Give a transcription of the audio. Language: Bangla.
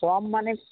কম মানে